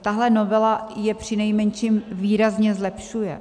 Tahle novela je přinejmenším výrazně zlepšuje.